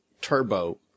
turbo